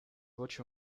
voci